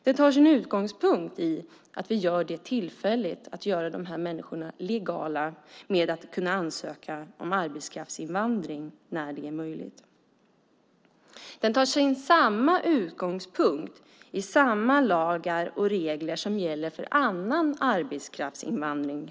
Den tar sin utgångspunkt i att vi gör det tillfälligt möjligt för dessa människor att bli legala genom att de kan ansöka om tillstånd för arbetskraftsinvandring. Den tar sin utgångspunkt i samma lagar och regler som gäller för annan arbetskraftsinvandring.